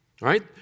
right